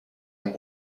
این